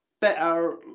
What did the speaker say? Better